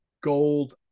gold